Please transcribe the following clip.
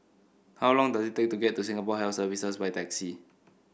how long does it take to get to Singapore Health Services by taxi